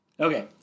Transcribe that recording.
Okay